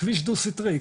'כביש דו סטרי,